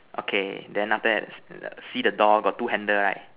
okay then after that see the door got two handle right